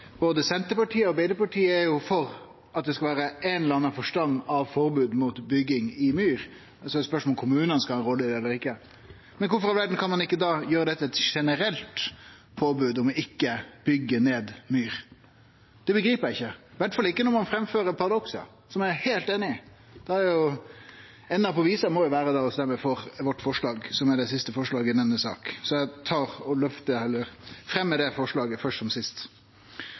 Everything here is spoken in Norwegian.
Både Senterpartiet og Arbeiderpartiet er jo for at det skal vere ei eller anna form for forbod mot bygging i myr, og så er spørsmålet om kommunane skal vurdere det eller ikkje. Men kvifor i all verda kan ein ikkje da gjere dette til eit generelt påbod om å ikkje byggje ned myr? Det begrip eg ikkje, iallfall ikkje når ein framfører paradokset, som eg er heilt einig i. Enda på visa må jo da vere å stemme for vårt forslag, som er det siste forslaget i denne saka. Eg tar opp det forslaget, først som sist.